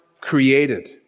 created